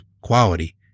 quality